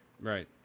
Right